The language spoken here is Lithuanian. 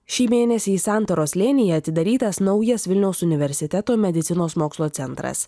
šį mėnesį į santaros slėnyje atidarytas naujas vilniaus universiteto medicinos mokslo centras